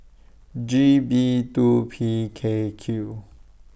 G B two P K Q